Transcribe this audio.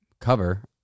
cover